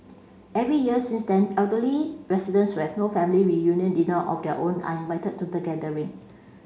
every year since then elderly residents who have no family reunion dinner of their own are invited to the gathering